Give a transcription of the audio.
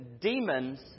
demons